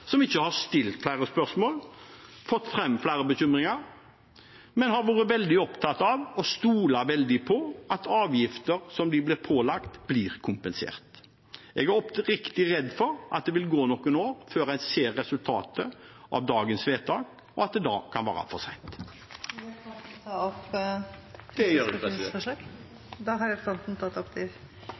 som ikke har stilt flere spørsmål og fått fram flere bekymringer, men har vært veldig opptatt av, og stoler veldig på, at avgifter som de blir pålagt, blir kompensert. Jeg er oppriktig redd for at det vil gå noen år før en ser resultatet av dagens vedtak, og at det da kan være for sent. Jeg tar til slutt opp Fremskrittspartiets forslag. Representanten Terje Halleland har tatt opp de